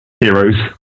heroes